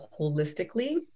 holistically